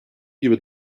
gibi